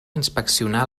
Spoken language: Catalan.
inspeccionar